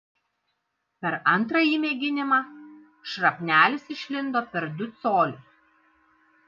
per antrąjį mėginimą šrapnelis išlindo per du colius